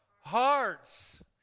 Hearts